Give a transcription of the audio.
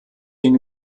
ging